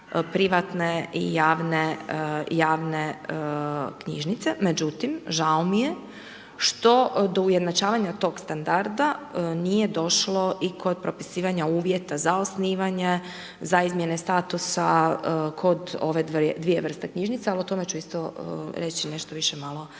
privatne i javne knjižnice, međutim, žao mi je što do ujednačavanja tog standarda, nije došlo i kod propisivanja uvjeta, za osnivanje, za izmjene statusa kod ove 2 vrste knjižnica, a o tome ću isto reći malo